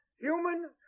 human